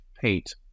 paint